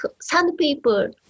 sandpaper